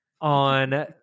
On